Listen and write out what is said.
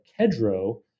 Kedro